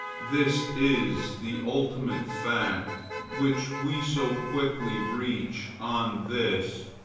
this is the ultimate fact which we so quickly reach on this,